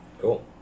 Cool